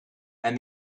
and